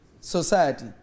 society